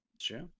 Sure